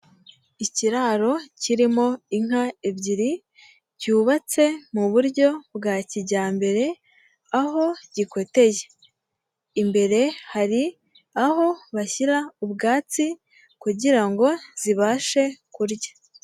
Ikiraro kirimo inka ebyiri cyubatse mu buryo bwa kijyambere, aho gikoteye. Imbere hari aho bashyira ubwatsi kugira ngo zibashe kurya.